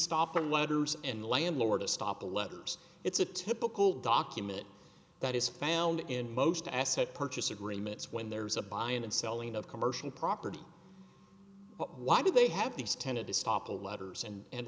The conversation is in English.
stopping letters in the landlord to stop the letters it's a typical document that is found in most asset purchase agreements when there is a buying and selling of commercial property but why do they have these tended to stop the letters and